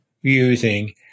using